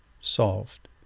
solved